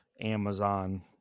Amazon